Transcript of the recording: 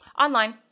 Online